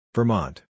Vermont